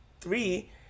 three